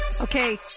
Okay